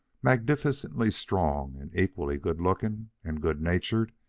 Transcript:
magnificently strong and equally good-looking and good-natured,